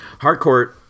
Hardcourt